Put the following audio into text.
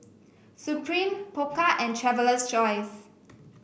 Supreme Pokka and Traveler's Choice